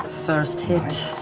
first hit